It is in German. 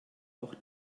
auch